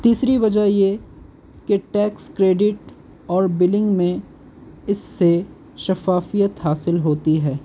تیسری وجہ یہ کہ ٹیکس کریڈٹ اور بلنگ میں اس سے شفافیت حاصل ہوتی ہے